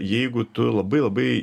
jeigu tu labai labai